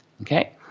okay